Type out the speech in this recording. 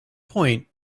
point